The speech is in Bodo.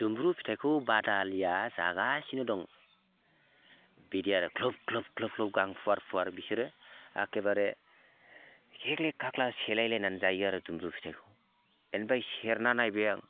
दुम्ब्रु फिथाइखौ बादालिया जागासिनो दं बिदि आरो ग्लुब ग्लुब ग्लुब ग्लुब गां फुवार फुवार बिसोरो एकेबारे किक्लि काल्का सेलायलायनानै जायो आरो दुम्ब्रु फिथाइखौ बेनिफ्राय सेरना नायबाय आं